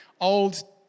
old